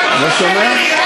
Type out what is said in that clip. לא נאמרה שום הערה.